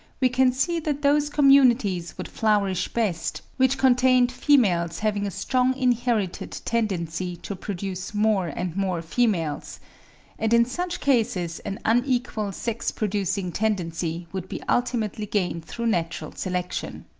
we can see that those communities would flourish best which contained females having a strong inherited tendency to produce more and more females and in such cases an unequal sex-producing tendency would be ultimately gained through natural selection.